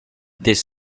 this